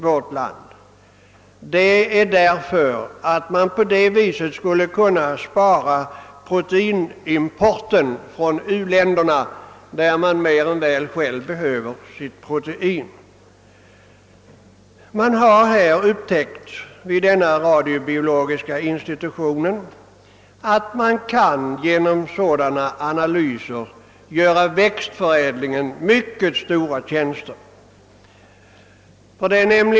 På det sättet skulle vi nämligen kunna avstå från proteinimport från u-länderna, som själva mer än väl behöver sitt protein. Vid lantbrukshögskolans radiobiologiska institution har man upptäckt att man genom sådana analyser kan göra växtförädlingen mycket stora tjänster.